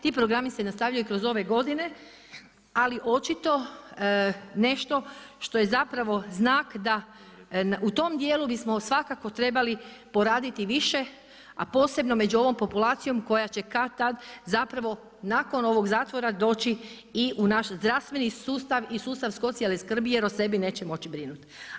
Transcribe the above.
Ti programi se nastavljaju kroz ove godine, ali očito nešto što je zapravo znak da u tom dijelu bismo svakako trebali poraditi više, a posebno među ovom populacijom, koja će kad-tad, zapravo nakon ovog zatvora doći i u naš zdravstveni sustav i sustav socijalne skrbi, jer o sebi neće moći brinuti.